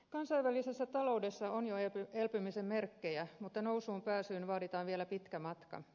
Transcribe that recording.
kansainvälisessä taloudessa on jo elpymisen merkkejä mutta nousuun pääsyyn vaaditaan vielä pitkä matka